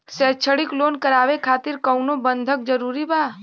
शैक्षणिक लोन करावे खातिर कउनो बंधक जरूरी बा?